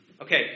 Okay